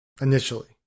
initially